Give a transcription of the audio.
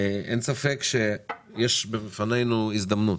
אין ספק שיש בפנינו הזדמנות.